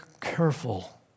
careful